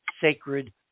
sacred